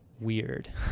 weird